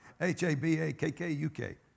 H-A-B-A-K-K-U-K